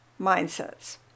mindsets